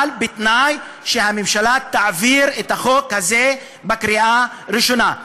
אבל בתנאי שהממשלה תעביר את החוק הזה לקריאה ראשונה.